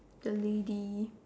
the lady